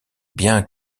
bien